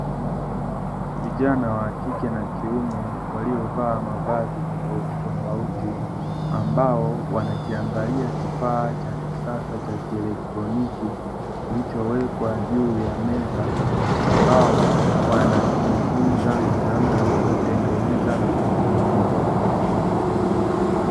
Vijana wa kike na kiume waliovaa mavazi tofauti tofauti ambao wanaangalia